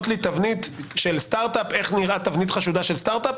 לי איך נראית תבנית חשודה של סטארט אפ?